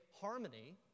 harmony